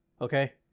Okay